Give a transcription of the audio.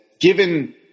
given